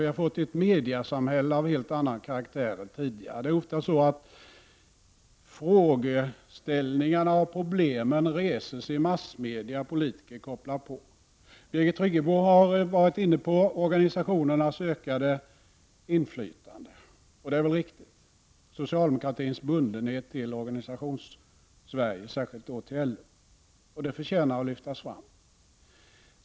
Vi har fått ett mediasamhälle av helt annan karaktär än tidigare. Det är ofta så att frågeställningarna och problemen reses i massmedia och politiker kopplar på. Birgit Friggebo har varit inne på organisationernas ökade inflytande, t.ex. socialdemokratins bundenhet till Organisationssverige, särskilt till LO. Det förtjänar att lyftas fram.